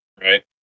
Right